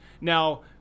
Now